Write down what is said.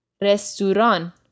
Restaurant